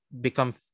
become